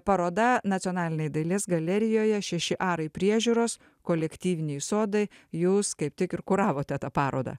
paroda nacionalinėj dailės galerijoje šeši arai priežiūros kolektyviniai sodai jūs kaip tik ir kuravote tą parodą